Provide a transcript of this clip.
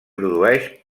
produeix